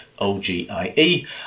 ogie